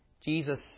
Jesus